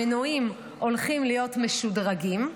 המנועים הולכים להיות משודרגים,